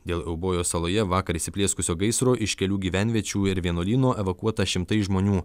dėl eubojos saloje vakar įsiplieskusio gaisro iš kelių gyvenviečių ir vienuolyno evakuota šimtai žmonių